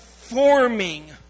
forming